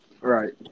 Right